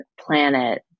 planet